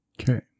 Okay